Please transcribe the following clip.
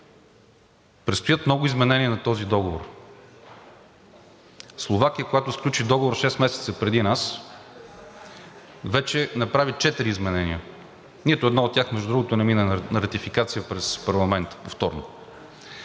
Предстоят много изменения на този договор. Словакия, която сключи договор шест месеца преди нас, вече направи четири изменения – нито едно от тях, между другото, не мина на ратификация през парламента повторно.